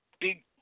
big